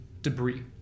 debris